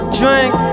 drink